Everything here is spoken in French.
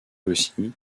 aussi